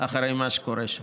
אחר מה שקורה שם.